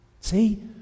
See